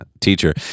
teacher